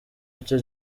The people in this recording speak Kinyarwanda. icyo